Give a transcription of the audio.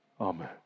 Amen